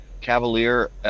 Cavalier